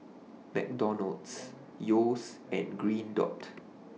McDonald's Yeo's and Green Dot